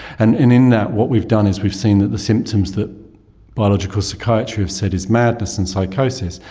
and in in that what we've done is we've seen that the symptoms that biological psychiatry have said is madness and psychosis,